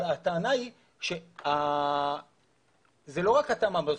אבל הטענה היא שזה לא רק התמ"א הזאת.